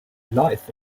life